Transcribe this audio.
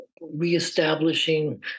reestablishing